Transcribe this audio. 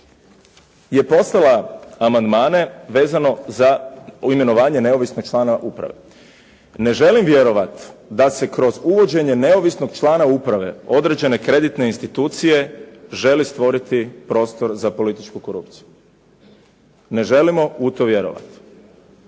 je poslala amandmane vezane uz imenovanje neovisnog člana uprave. Ne želim vjerovat da se kroz uvođenje neovisnog člana uprave određene kreditne institucije želi stvoriti prostor za političku korupciju. Ne želimo u to vjerovati